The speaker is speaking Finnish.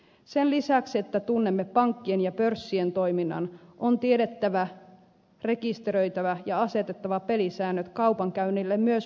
sen lisäksi että tunnemme pankkien ja pörssien toiminnan on tiedettävä rekisteröitävä ja asetettava pelisäännöt kaupankäynnille myös muualla